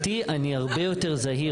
יותר זהיר.